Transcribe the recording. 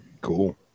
Cool